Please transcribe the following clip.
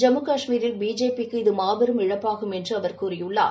ஜம்மு காஷ்மீரில் பிஜேபிக்கு இது மாபெரும் இழப்பாகும் என்று கூறியுள்ளார்